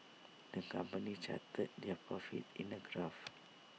the company charted their profits in A graph